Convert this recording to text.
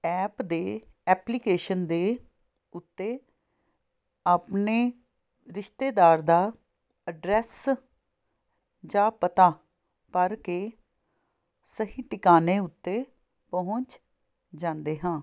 app ਦੇ application ਦੇ ਉੱਤੇ ਆਪਣੇ ਰਿਸ਼ਤੇਦਾਰ ਦਾ ਐਡਰੈਸ ਜਾਂ ਪਤਾ ਭਰ ਕੇ ਸਹੀ ਟਿਕਾਣੇ ਉੱਤੇ ਪਹੁੰਚ ਜਾਂਦੇ ਹਾਂ